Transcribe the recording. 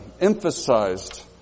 emphasized